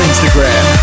Instagram